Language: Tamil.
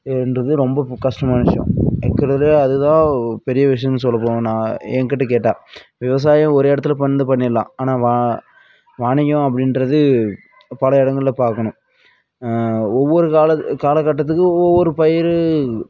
என்றது ரொம்ப கஷ்டமான விஷயம் இருக்கிறதுலே அதுதான் பெரிய விஷயம்னு சொல்லபோனால் எங்கிட்ட கேட்டால் விவசாயம் ஒரு இடத்துல வந்து பண்ணிடலாம் ஆனால் வா வணிகம் அப்படின்றது பல இடங்களில் பார்க்கணும் ஒவ்வொரு கால காலகட்டத்துக்கு ஒவ்வொரு பயிர்